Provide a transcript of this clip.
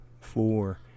four